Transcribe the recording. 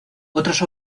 otras